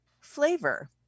flavor